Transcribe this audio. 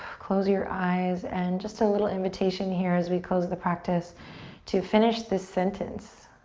close your eyes and just a little invitation here as we close the practice to finish this sentence,